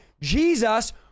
Jesus